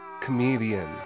comedian